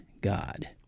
God